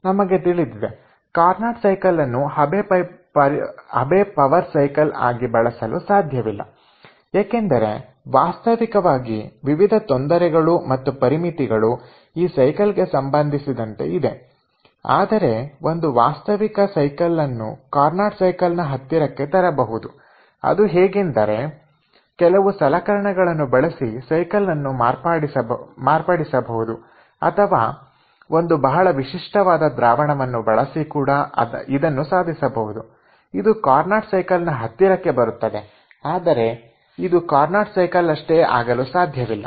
ನಮಗೆ ತಿಳಿದಿದೆ Carnot cycle ಅನ್ನು ಹಬೆ ಪವರ್ ಸೈಕಲ್ ಆಗಿ ಬಳಸಲು ಸಾಧ್ಯವಿಲ್ಲ ಏಕೆಂದರೆ ವಾಸ್ತವಿಕವಾಗಿ ವಿವಿಧ ತೊಂದರೆಗಳು ಮತ್ತು ಪರಿಮಿತಿಗಳು ಈ ಸೈಕಲ್ ಗೆ ಸಂಬಂಧಿಸಿದಂತೆ ಇದೆ ಆದರೆ ಒಂದು ವಾಸ್ತವಿಕ ಸೈಕಲನ್ನು ಕಾರ್ನಾಟ್ ಸೈಕಲ್ನ ಹತ್ತಿರಕ್ಕೆ ತರಬಹುದು ಅದು ಹೇಗೆಂದರೆ ಕೆಲವು ಸಲಕರಣೆಗಳನ್ನು ಬಳಸಿ ಸೈಕಲನ್ನು ಮಾರ್ಪಡಿಸಬಹುದು ಅಥವಾ ಒಂದು ಬಹಳ ವಿಶಿಷ್ಟವಾದ ದ್ರಾವಣವನ್ನು ಬಳಸಿ ಕೂಡ ಇದನ್ನು ಸಾಧಿಸಬಹುದು ಇದು ಕಾರ್ನಾಟ್ ಸೈಕಲ್ ನ ಹತ್ತಿರಕ್ಕೆ ಬರುತ್ತದೆ ಆದರೆ ಇದು ಕಾರ್ನಾಟ್ ಸೈಕಲ್ ಅಷ್ಟೇ ಆಗಲು ಸಾಧ್ಯವಿಲ್ಲ